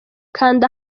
kanda